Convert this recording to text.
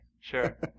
Sure